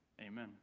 Amen